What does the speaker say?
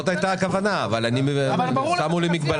זאת הייתה הכוונה אבל שמו לי מגבלה.